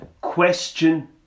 question